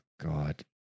God